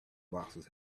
boxes